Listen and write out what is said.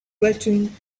grating